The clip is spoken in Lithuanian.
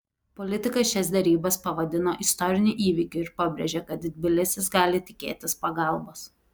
politikas šias derybas pavadino istoriniu įvykiu ir pabrėžė kad tbilisis gali tikėtis pagalbos